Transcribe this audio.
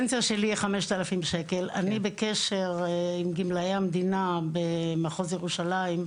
אני בקשר עם גמלאי המדינה במחוז ירושלים,